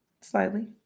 slightly